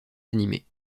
animés